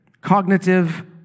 Cognitive